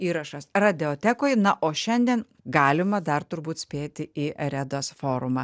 įrašas radijotekoj na o šiandien galima dar turbūt spėti į redos forumą